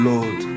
Lord